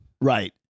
Right